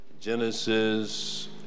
genesis